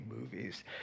movies